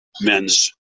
men's